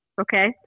Okay